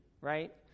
right